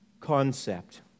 concept